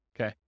Okay